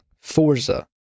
Forza